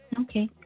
Okay